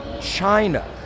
China